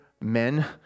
men